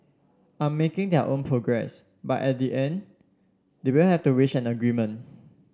are making their own progress but at the end they will have to reach an agreement